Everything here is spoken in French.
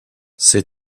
sais